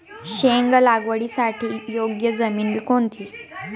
शेंग लागवडीसाठी योग्य जमीन कोणती?